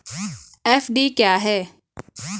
FD क्या है?